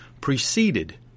preceded